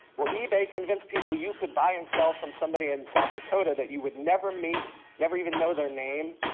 well, ebay convinced people you could buy and sell from somebody in south dakota that you would never meet, never even know their name,